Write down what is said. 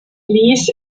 ließ